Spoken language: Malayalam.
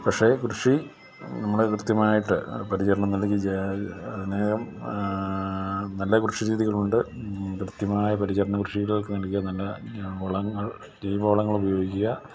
പക്ഷേ കൃഷി നമ്മള് കൃത്യമായിട്ട് പരിചരണം നൽകി അനേകം നല്ല കൃഷിരീതികളുണ്ട് കൃത്യമായ പരിചരണം കൃഷികൾക്ക് നൽകിയാൽ നല്ല വളങ്ങൾ ജൈവ വളങ്ങൾ ഉപയോഗിക്കുക